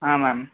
ಹಾಂ ಮ್ಯಾಮ್